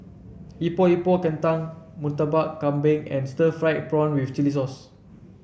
Epok Epok Kentang Murtabak Kambing and Stir Fried Prawn with Chili Sauce